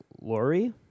Laurie